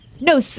No